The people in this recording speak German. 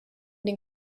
den